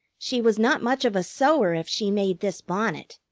she was not much of a sewer if she made this bonnet!